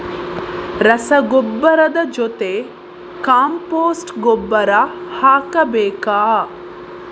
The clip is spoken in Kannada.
ರಸಗೊಬ್ಬರದ ಜೊತೆ ಕಾಂಪೋಸ್ಟ್ ಗೊಬ್ಬರ ಹಾಕಬೇಕಾ?